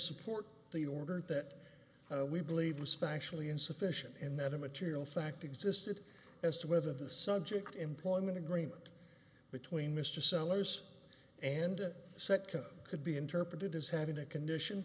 support the order that we believe was factually insufficient and that a material fact existed as to whether the subject employment agreement between mr sellers and second could be interpreted as having a condition